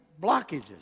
blockages